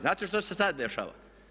Znate šta se sada dešava?